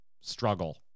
struggle